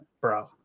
Bro